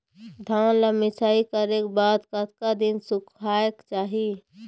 धान ला मिसाई करे के बाद कतक दिन सुखायेक चाही?